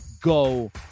go